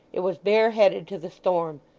it was bare-headed to the storm.